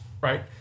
right